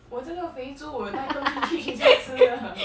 我这个肥猪我有带东西进去可以照吃的